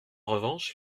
revanche